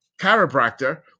chiropractor